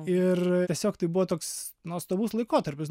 ir tiesiog tai buvo toks nuostabus laikotarpis